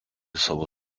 savo